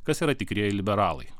kas yra tikrieji liberalai